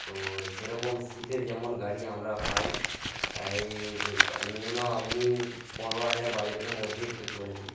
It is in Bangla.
তো সেরকম সিটের যেমন গাড়ি আমরা পাই তাই মিনিমাম আপনি পনেরো হাজার বাজেটের মধ্যে একটু করে দিন